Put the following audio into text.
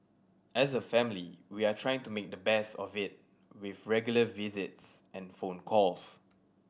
as a family we are trying to make the best of it with regular visits and phone calls